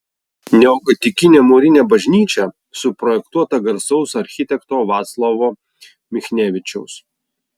neogotikinė mūrinė bažnyčia suprojektuota garsaus architekto vaclovo michnevičiaus